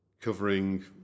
covering